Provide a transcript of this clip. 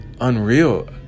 unreal